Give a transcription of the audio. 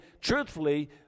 truthfully